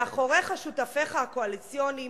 מאחוריך שותפיך הקואליציוניים,